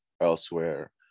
elsewhere